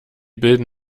bilden